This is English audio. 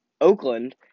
Oakland